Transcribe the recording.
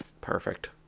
Perfect